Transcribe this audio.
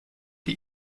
die